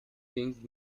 king